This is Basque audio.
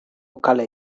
kale